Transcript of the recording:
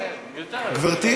גברתי,